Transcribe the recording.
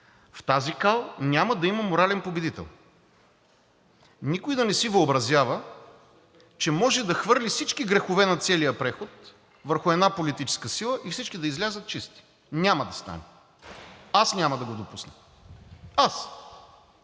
В тази кал няма да има морален победител. Никой да не си въобразява, че може да хвърли всички грехове на целия преход върху една политическа сила и всички да излязат чисти. Няма да стане! Аз няма да го допусна. Аз!